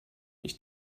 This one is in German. ich